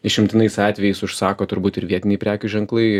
išimtinais atvejais užsako turbūt ir vietiniai prekių ženklai